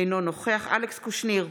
אינו נוכח אלכס קושניר,